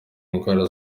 indwara